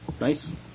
Nice